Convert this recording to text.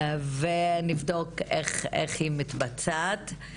ונבדוק איך היא מתבצעת.